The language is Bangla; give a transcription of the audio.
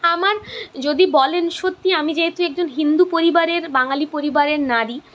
আমার যদি বলেন সত্যি আমি যেহেতু একজন হিন্দু পরিবারের বাঙালি পরিবারের নারী